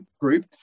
Group